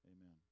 amen